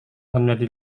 menjadi